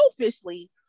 selfishly